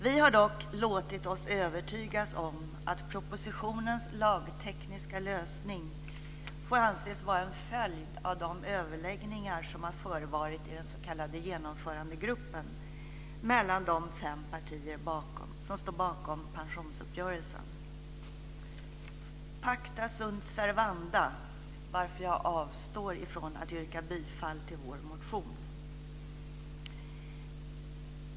Vi har dock låtit oss övertygas om att propositionens lagtekniska lösning får anses vara en följd av de överläggningar som har förevarit i den s.k. Genomförandegruppen mellan de fem partier som står bakom pensionsuppgörelsen. Pacta sunt servanda. Därför avstår jag från att yrka bifall till vår motion.